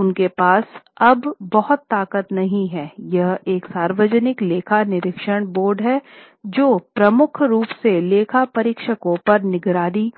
उनके पास अब बहुत ताकत नहीं है यह एक सार्वजनिक लेखा निरीक्षण बोर्ड है जो मुख्य रूप से लेखा परीक्षकों पर निगरानी